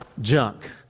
junk